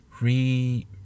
re